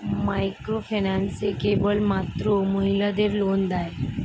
Microfinance কেবলমাত্র মহিলাদের loan দেয়?